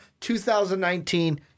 2019